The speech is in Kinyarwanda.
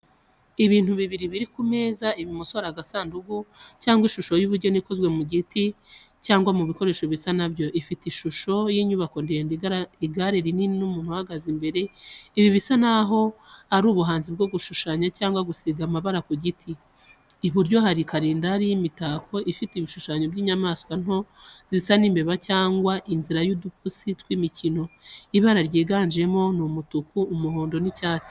Ibintu bibiri biri ku meza. Ibumoso hari agasanduku cyangwa ishusho y’ubugeni ikozwe mu biti cyangwa mu bikoresho bisa na byo, ifite ishusho y’inyubako ndende, igare rinini n’umuntu uhagaze imbere. Ibi bisa naho ari ubuhanzi bwo gushushanya cyangwa gusiga amabara ku giti. Iburyo hari karendari y’imitako ifite ibishushanyo by’inyamanswa nto zisa n’imbeba cyangwa inzira y’udupusi tw’imikino, ibara ryiganjemo umutuku, umuhondo, n’icyatsi.